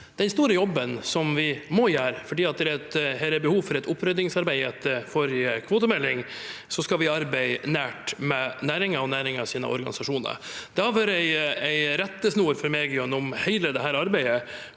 den store jobben vi må gjøre fordi det her er behov for et oppryddingsarbeid etter forrige kvotemelding, skal vi arbeide nært med næringen og næringens organisasjoner. Det har vært en rettesnor for meg gjennom hele dette arbeidet.